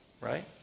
right